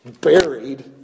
buried